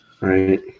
Right